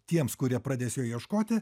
tiems kurie pradės jo ieškoti